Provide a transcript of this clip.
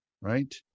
right